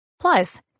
Plus